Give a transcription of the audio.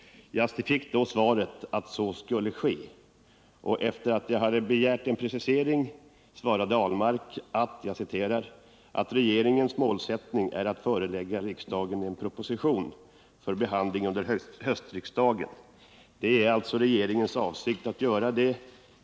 Jag fick svaret att så skulle ske, och efter det att jag begärt en precisering svarade Ahlmark: ”Regeringens målsättning är att förelägga riksdagen en proposition för behandling under höstriksdagen. Det är alltså regeringens avsikt att göra det.